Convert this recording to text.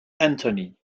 anthony